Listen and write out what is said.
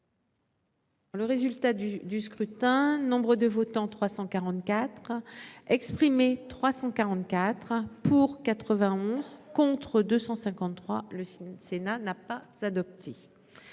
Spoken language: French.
Le résultat du du scrutin nombre de votants 344 exprimés, 344 pour 91 contre 253 le. C'est n'a, n'a pas s'adopté.